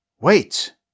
Wait